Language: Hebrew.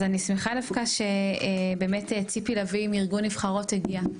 אני שמחה שבאמת ציפי לביא מארגון "נבחרות" הגיעה.